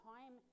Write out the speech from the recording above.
Time